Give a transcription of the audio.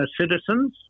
citizens